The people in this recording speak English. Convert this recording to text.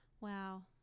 Wow